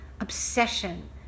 obsession